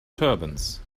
turbans